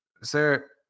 sir